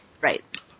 Right